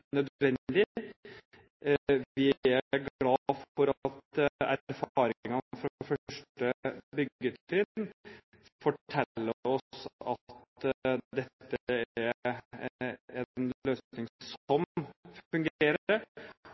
Vi er glad for at erfaringene fra første byggetrinn forteller oss at dette er en løsning som fungerer, og som